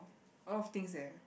a lot of things eh